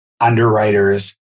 underwriters